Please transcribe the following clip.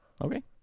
Okay